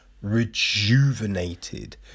Rejuvenated